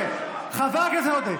חבר הכנסת עודה.